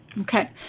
Okay